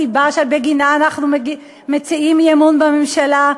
וזאת הסיבה שבגינה אנחנו מציעים אי-אמון בממשלה?